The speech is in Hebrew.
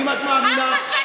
ארבע שנים.